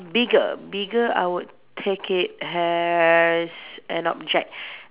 bigger bigger I would take it as an object